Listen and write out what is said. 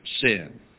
sin